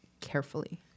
carefully